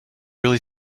really